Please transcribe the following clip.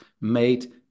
made